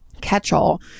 catch-all